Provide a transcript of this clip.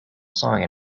song